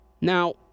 Now